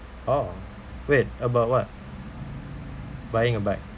orh wait about what buying a bike